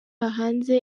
hanze